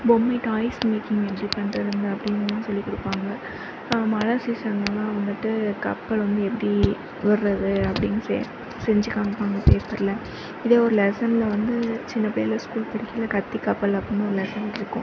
பொம்மை toys making எப்படி பண்ணுறதுனு அப்படிங்கறதுலாம் சொல்லி கொடுப்பாங்க மழை சீசன்லலாம் வந்துவிட்டு கப்பல் வந்து எப்படி விட்றது அப்டின்னு செஞ்சு காண்மிப்பாங்க பேப்பரில் இதே ஒரு லெசனில் வந்து சின்னப்பிள்ளையில் ஸ்கூல் படிக்கற கத்தி கப்பல் அப்படினு ஒரு லெசன் இருக்கும்